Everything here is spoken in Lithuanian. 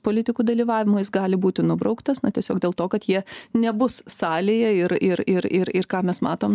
politikų dalyvavimu jis gali būti nubrauktas na tiesiog dėl to kad jie nebus salėje ir ir ir ir ir ką mes matom